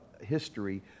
history